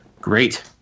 great